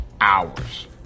hours